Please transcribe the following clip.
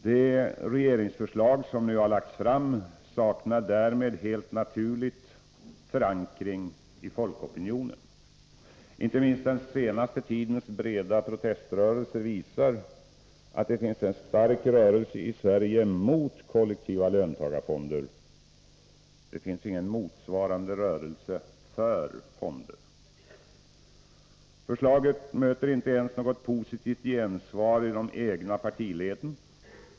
Det regeringsförslag som nu har lagts fram saknar därmed helt naturligt förankring i folkopinionen. Inte minst den senaste tidens breda proteströrelser visar att det finns en stark rörelse i Sverige mot kollektiva löntagarfonder. Det finns ingen motsvarande rörelse för fonder. Förslaget möter inte ens något positivt gensvar i de egna partileden.